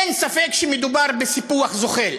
אין ספק שמדובר בסיפוח זוחל.